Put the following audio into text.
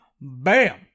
Bam